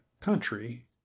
country